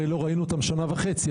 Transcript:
הרי לא ראינו אותם שנה וחצי,